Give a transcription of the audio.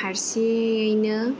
फारसेयैनो